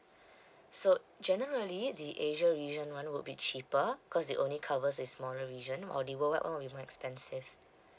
so generally the asia region one would be cheaper because it only covers a smaller region while the worldwide one will be more expensive